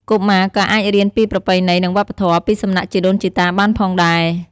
កុមារក៏អាចរៀនពីប្រពៃណី និងវប្បធម៌ ពីសំណាក់ជីដូនជីតាបានផងដែរ។